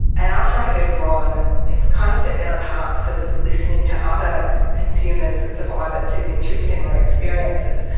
and after i heard ron, it kind of set me on a path of listening to other consumers and survivors who had been through similar experiences.